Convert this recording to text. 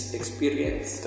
experience